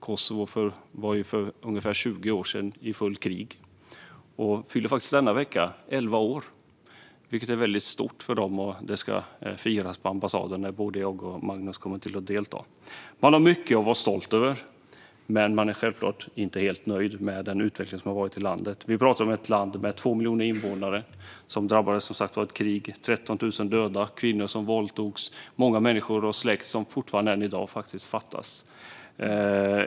Kosovo var för ungefär 20 år sedan i fullt krig. Kosovo fyllde faktiskt elva år denna vecka, vilket är väldigt stort för dem. Det ska firas på ambassaden - både jag och Magnus kommer att delta. Man har mycket att vara stolt över, men man är självklart inte helt nöjd med den utveckling som har varit i landet. Vi pratar om ett land med 2 miljoner invånare som, som sagt, drabbades av ett krig. 13 000 dog, och kvinnor våldtogs. Många människor fattas än i dag.